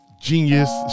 genius